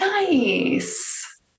Nice